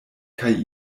kaj